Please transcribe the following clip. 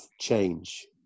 change